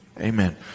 Amen